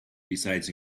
besides